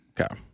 Okay